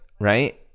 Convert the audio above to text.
right